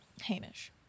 Hamish